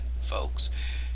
folks